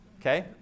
Okay